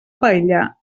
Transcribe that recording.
paella